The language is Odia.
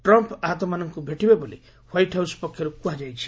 ଟ୍ରମ୍ପ୍ ଆହତମାନଙ୍କୁ ଭେଟିବେ ବୋଲି ହ୍ୱାଇଟ୍ ହାଉସ୍ ପକ୍ଷରୁ କୁହାଯାଇଛି